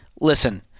Listen